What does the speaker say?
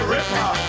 Ripper